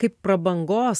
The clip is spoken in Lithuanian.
kaip prabangos